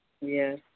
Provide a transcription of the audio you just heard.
yes